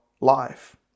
life